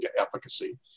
efficacy